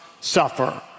suffer